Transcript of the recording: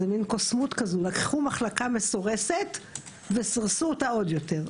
זה מין קוסמות כזאת: לקחו מחלקה מסורסת וסירסו אותה עוד יותר.